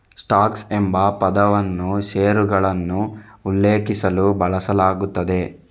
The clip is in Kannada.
ಸ್ಟಾಕ್ಸ್ ಎಂಬ ಪದವನ್ನು ಷೇರುಗಳನ್ನು ಉಲ್ಲೇಖಿಸಲು ಬಳಸಲಾಗುತ್ತದೆ